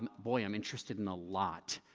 um boy i'm interested in a lot.